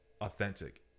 authentic